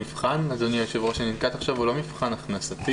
המבחן, אדוני היושב ראש, הוא לא מבחן הכנסתי.